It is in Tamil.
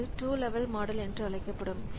அது 2 லெவல் மாடல் என்று அழைக்கப்படும்